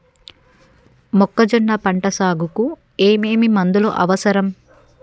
మొక్కజొన్న పంట సాగుకు ఏమేమి మందులు అవసరం?